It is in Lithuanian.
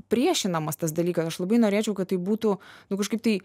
priešinamas tas dalykas aš labai norėčiau kad tai būtų nu kažkaip tai